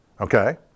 okay